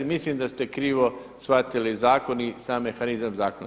Mislim da ste krivo shvatili zakon i sam mehanizam zakona.